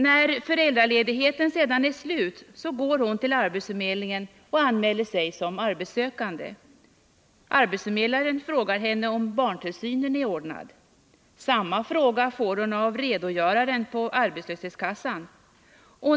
När föräldraledigheten sedan är slut går hon till arbetsförmedlingen och anmäler sig som arbetssökande. Arbetsförmedlaren frågar henne om barntillsynen är ordnad. Samma fråga får hon av redogöraren på arbetslöshetskassan.